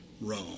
Rome